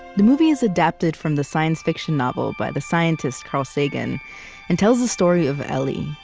the movie is adapted from the science fiction novel by the scientist carl sagan and tells the story of ellie.